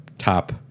top